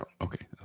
Okay